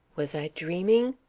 was i dreaming?